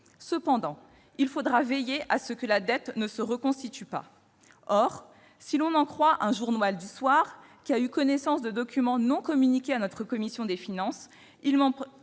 néanmoins veiller à ce que la dette ne se reconstitue pas. Or, si l'on en croit un journal du soir qui a eu connaissance de documents non communiqués à notre commission des finances,